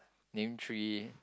name three